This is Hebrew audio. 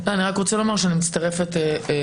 אני רק רוצה לומר שאני מצטרפת לחלוטין,